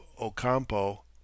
Ocampo